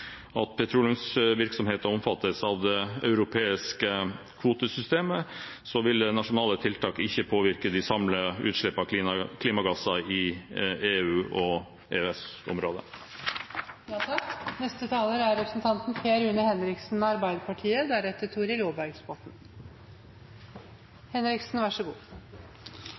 petroleumsvirksomheten omfattes av det europeiske kvotesystemet, vil nasjonale tiltak ikke påvirke samlet utslipp av klimagasser i EU og